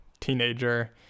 teenager